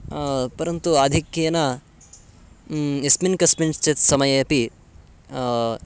परन्तु आधिक्येन यस्मिन् कस्मिञ्चित् समये अपि